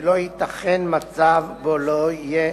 שלא ייתכן מצב שבו לא יהיה